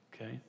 okay